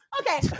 Okay